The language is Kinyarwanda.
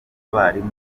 abarimu